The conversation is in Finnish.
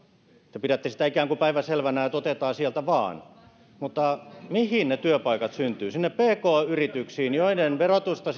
te pidätte sitä ikään kuin päivänselvänä että otetaan sieltä vaan mutta mihin ne työpaikat syntyvät sinne pk yrityksiin joiden verotusta